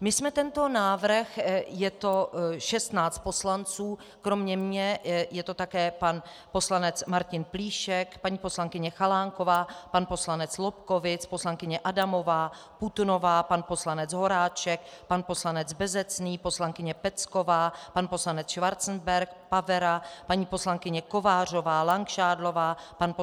My jsme tento návrh je to 16 poslanců, kromě mě je to také pan poslanec Martin Plíšek, paní poslankyně Chalánková, pan poslanec Lobkowicz, poslankyně Adamová, Putnová, pan poslanec Horáček, pan poslanec Bezecný, poslankyně Pecková, pan poslanec Schwarzenberg, Pavera, paní poslankyně Kovářová, Langšádlová, pan